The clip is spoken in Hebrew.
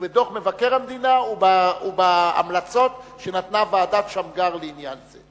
בדוח מבקר המדינה ובהמלצות ועדת-שמגר לעניין זה.